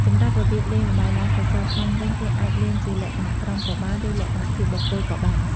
សម្រាប់របៀបលេងល្បែងឡើងសសរខ្លាញ់វិញ គេអាចលេងជាលក្ខណៈក្រុមក៏បាន ឬលក្ខណៈជាបុគ្គលក៏បាន។